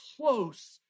close